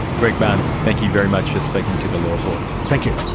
greg barns, thank you very much for speaking to the law report. thank you.